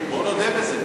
בוא נודה בזה.